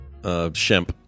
Shemp